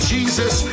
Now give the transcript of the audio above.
Jesus